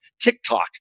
TikTok